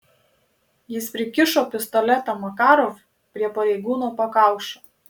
jis prikišo pistoletą makarov prie pareigūno pakaušio